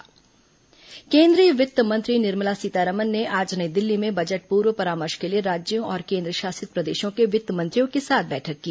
वित्त मंत्री बजट बैठक केंद्रीय वित्त मंत्री निर्मला सीतारामन ने आज नई दिल्ली में बजट पूर्व परामर्श के लिए राज्यों और केंद्रशासित प्रदेशों के वित्त मंत्रियों के साथ बैठक की